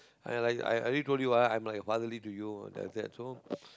I like I I already told you ah I'm like a fatherly to you that's that so